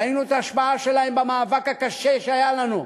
ראינו את ההשפעה שלהם במאבק הקשה שהיה לנו,